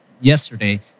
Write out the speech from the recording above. yesterday